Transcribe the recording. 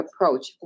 approach